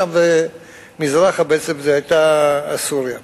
ומשם ומזרחה היתה סוריה.